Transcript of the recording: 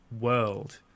world